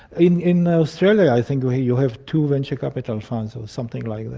in in ah australia i think you have two venture capital funds or something like that.